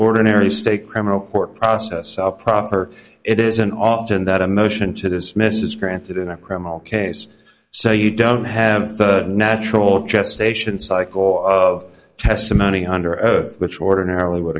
ordinary state criminal court process proper it isn't often that a motion to dismiss is granted in a criminal case so you don't have the natural gestation cycle of testimony under which ordinarily would